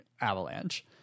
avalanche